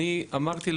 אני אמרתי,